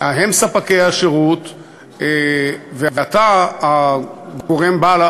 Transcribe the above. הם ספקי השירות ואתה בעל-הבית,